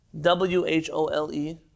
W-H-O-L-E